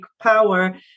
power